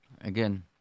Again